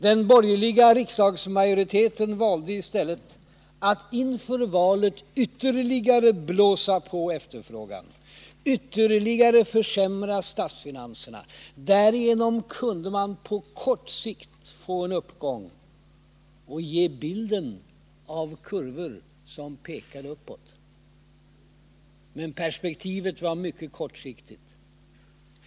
Den borgerliga riksdagsmajoriteten valde i stället att inför valet ytterligare blåsa på efterfrågan, ytterligare försämra statsfinanserna. Därigenom kunde man på kort sikt få en uppgång och ge bilden av kurvor som pekade uppåt. Men perspektivet var mycket kortsiktigt.